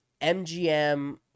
MGM